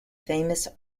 famous